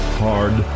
hard